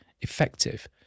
effective